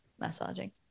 massaging